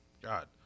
God